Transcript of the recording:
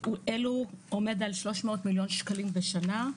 אלו עומד על 300 מיליון שקלים בשנה,